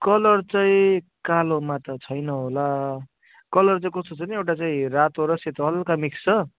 colour चाहिँ कालोमा त छैन होला कलर चाहिँ कस्तो छ भने एउटा चाहिँ रातो र सेतो हलुका मिक्स छ